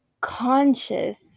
conscious